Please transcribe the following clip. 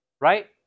Right